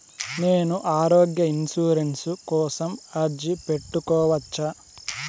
నేను ఆరోగ్య ఇన్సూరెన్సు కోసం అర్జీ పెట్టుకోవచ్చా?